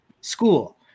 school